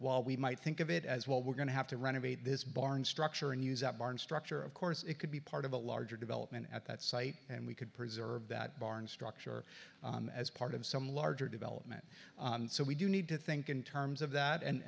while we might think of it as well we're going to have to run away this barn structure and use that barn structure of course it could be part of a larger development at that site and we could preserve that barn structure as part of some larger development so we do need to think in terms of that and